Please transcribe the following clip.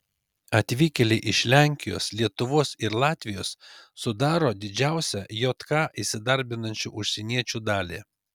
atvykėliai iš lenkijos lietuvos ir latvijos sudaro didžiausią jk įsidarbinančių užsieniečių dalį